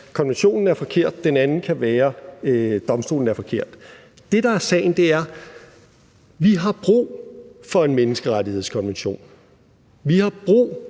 Konventionen er forkert. Den anden kan være: Domstolen er forkert. Det, der er sagen, er: Vi har brug for en menneskerettighedskonvention, vi har brug